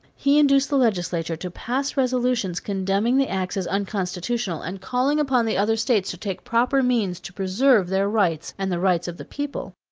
he induced the legislature to pass resolutions condemning the acts as unconstitutional and calling upon the other states to take proper means to preserve their rights and the rights of the people.